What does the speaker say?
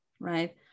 right